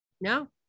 no